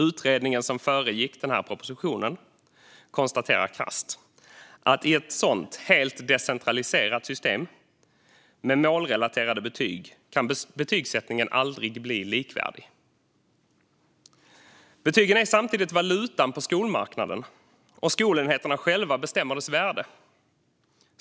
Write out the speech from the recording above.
Utredningen som föregick propositionen konstaterar krasst att i ett sådant helt decentraliserat system med målrelaterade betyg kan betygssättningen aldrig bli likvärdig. Betygen är samtidigt valutan på skolmarknaden, och skolenheterna själva bestämmer dess värde.